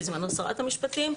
בזמנו שרת המשפטים,